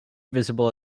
visible